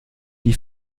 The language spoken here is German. die